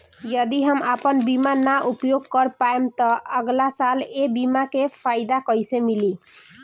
यदि हम आपन बीमा ना उपयोग कर पाएम त अगलासाल ए बीमा के फाइदा कइसे मिली?